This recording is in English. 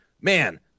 Man